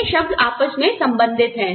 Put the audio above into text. ये शब्द आपस में संबंधित हैं